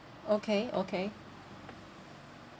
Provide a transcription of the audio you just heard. okay okay